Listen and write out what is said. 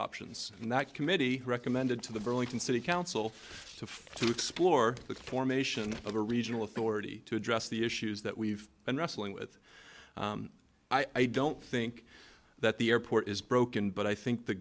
options and that committee recommended to the burlington city council to to explore the formation of a regional authority to address the issues that we've been wrestling with i don't think that the airport is broken but i think the